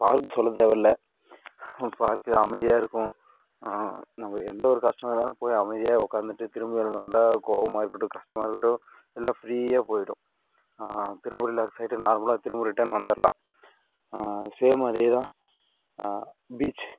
park சொல்ல தேவையில்லை park அமைதியாக இருக்கும் நம்ப எந்த ஒரு கஷ்டமாக இருந்தாலும் போய் அமைதியாக உட்காந்துட்டு திரும்பி எழுந்து வந்தால் கோவமாக இருக்கட்டும் கஷ்டமாக இருக்கட்டும் எல்லாம் ஃப்ரீயாக போய்விடும் திரும்ப ரிலாக்ஸ் ஆயிட்டு நார்மலாக திரும்ப ரிட்டன் வந்துரலாம் ஷேம் அதே தான் பீச்